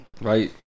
Right